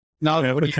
No